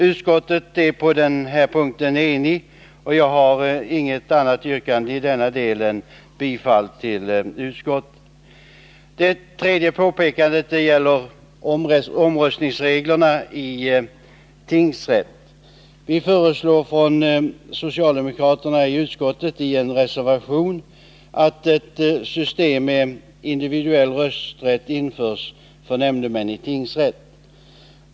Utskottet är på denna punkt enigt, och jag har inget annat yrkande i denna del än om bifall till utskottets hemställan. Det tredje påpekandet gäller omröstningsreglerna i tingsrätt. Vi socialdemokrater i utskottet föreslår i en reservation att ett system med individuell rösträtt införs för nämndemän i tingsrätt.